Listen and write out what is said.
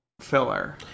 filler